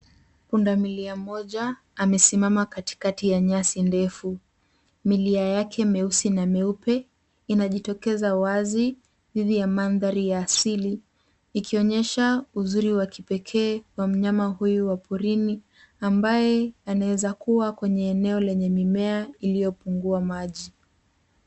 Pundamilia mmoja amesimama katikati ya nyasi ndefu. Milia yake myeusi na myeupe inajitokeza wazi dhidi ya mandhari ya asili ikionyesha uzuri wa kipekee wa mnyama huyu wa porini ambaye anaweza kuwa kwenye eneo lenye mimea iliyopungua maji.